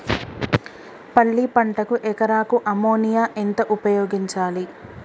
పల్లి పంటకు ఎకరాకు అమోనియా ఎంత ఉపయోగించాలి?